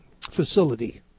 facility